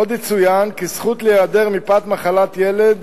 עוד יצוין כי זכות להיעדר מפאת מחלת ילד